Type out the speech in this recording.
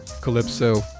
Calypso